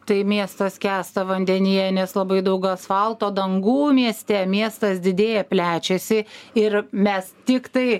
tai miestas skęsta vandenyje nes labai daug asfalto dangų mieste miestas didėja plečiasi ir mes tiktai